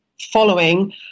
following